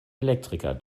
elektriker